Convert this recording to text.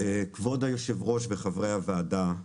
כבוד היושב ראש וחברי הוועדה,